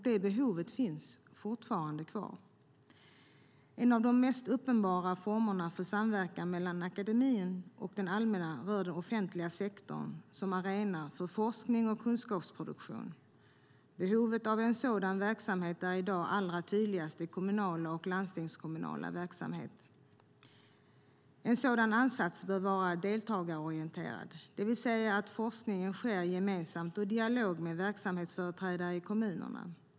Det behovet finns fortfarande kvar. En av de mest uppenbara formerna för samverkan mellan akademin och det allmänna rör den offentliga sektorn som arena för forskning och kunskapsproduktion. Behovet av en sådan verksamhet är i dag allra tydligast i kommunala och landstingskommunala verksamheter. En sådan ansats bör vara deltagarorienterad, det vill säga att forskningen sker gemensamt och i dialog med verksamhetsföreträdare i kommunerna.